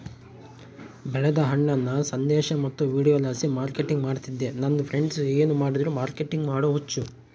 ಬೆಳೆದ ಹಣ್ಣನ್ನ ಸಂದೇಶ ಮತ್ತು ವಿಡಿಯೋಲಾಸಿ ಮಾರ್ಕೆಟಿಂಗ್ ಮಾಡ್ತಿದ್ದೆ ನನ್ ಫ್ರೆಂಡ್ಸ ಏನ್ ಮಾಡಿದ್ರು ಮಾರ್ಕೆಟಿಂಗ್ ಮಾಡೋ ಹುಚ್ಚು